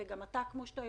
כפי שגם אתה יודע,